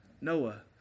Noah